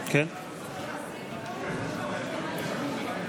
לחלוטין ולאחר